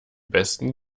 besten